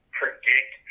predict